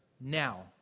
now